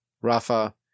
Rafa